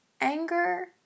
Anger